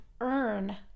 earn